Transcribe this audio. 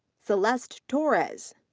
celeste torrez.